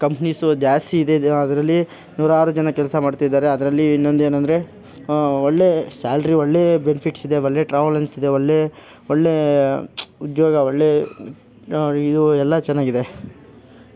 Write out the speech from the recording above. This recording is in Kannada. ಕಂಪ್ನೀಸು ಜಾಸ್ತಿ ಇದೆ ದ ಅದರಲ್ಲಿ ನೂರಾರು ಜನ ಕೆಲಸ ಮಾಡ್ತಿದ್ದಾರೆ ಅದರಲ್ಲಿ ಇನ್ನೊಂದು ಏನೆಂದರೆ ಒಳ್ಳೆ ಸ್ಯಾಲ್ರಿ ಒಳ್ಳೆ ಬೆನಿಫಿಟ್ಸ್ ಇದೆ ಒಳ್ಳೆ ಟ್ರಾವಲೆನ್ಸ್ ಇದೆ ಒಳ್ಳೆ ಒಳ್ಳೆ ಉದ್ಯೋಗ ಒಳ್ಳೆ ಇದು ಎಲ್ಲ ಚೆನ್ನಾಗಿದೆ